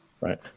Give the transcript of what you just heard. right